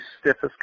stiffest